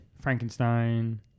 Frankenstein